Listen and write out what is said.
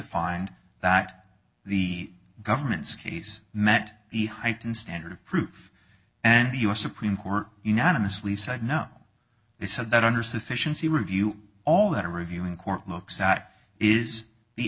find that the government's case met the heightened standard of proof and the us supreme court unanimously said no they said that under sufficiency review all that review in court looks at is the